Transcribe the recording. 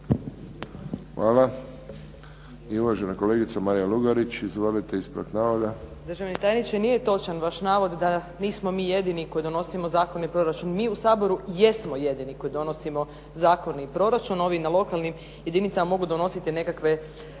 Hvala. I uvažena kolegica Marija Lugarić. Izvolite ispravak navoda.